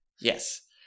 Yes